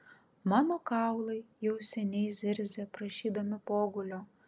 mano kaulai jau seniai zirzia prašydami pogulio